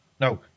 No